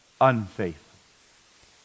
unfaithful